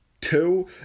Two